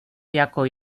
jako